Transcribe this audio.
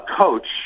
coach